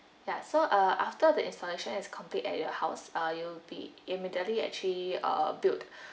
ya so uh after the installation has complete at your house uh you'll be immediately actually uh billed